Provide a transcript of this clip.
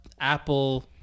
Apple